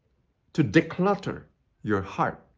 to de-clutter your heart.